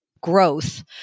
growth